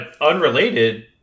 unrelated